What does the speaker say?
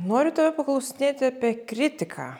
noriu tave paklausinėti apie kritiką